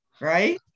right